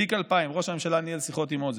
תיק 2000. ראש הממשלה ניהל שיחות עם מוזס,